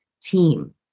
team